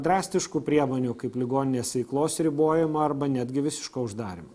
drastiškų priemonių kaip ligoninės veiklos ribojimą arba netgi visišką uždarymą